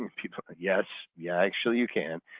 people. yes, yeah sure you can.